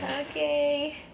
Okay